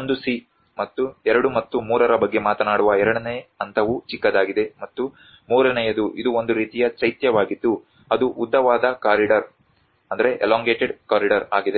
1c ಮತ್ತು 2 ಮತ್ತು 3 ರ ಬಗ್ಗೆ ಮಾತನಾಡುವ ಎರಡನೇ ಹಂತವು ಚಿಕ್ಕದಾಗಿದೆ ಮತ್ತು ಮೂರನೆಯದು ಇದು ಒಂದು ರೀತಿಯ ಚೈತ್ಯವಾಗಿದ್ದು ಅದು ಉದ್ದವಾದ ಕಾರಿಡಾರ್ ಆಗಿದೆ